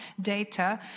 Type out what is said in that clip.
data